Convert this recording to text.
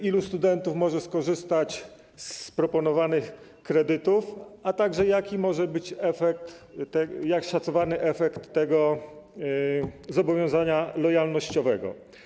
Ilu studentów może skorzystać z proponowanych kredytów, a także jaki może być szacowany efekt tego zobowiązania lojalnościowego?